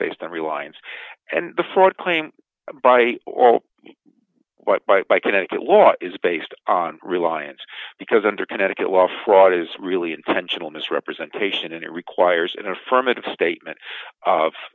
reliance and the fraud claimed by oral what byte by connecticut law is based on reliance because under connecticut law fraud is really intentional misrepresentation and it requires an affirmative statement of